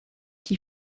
qui